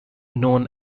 known